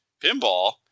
Pinball